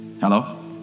Hello